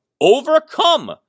Overcome